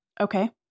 Okay